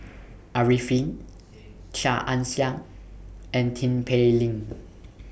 Arifin Chia Ann Siang and Tin Pei Ling